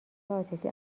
عاطفی